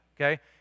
okay